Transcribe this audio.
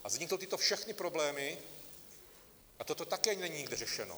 A vzniknou tyto všechny problémy, a toto také není vyřešeno.